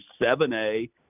7a